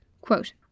Quote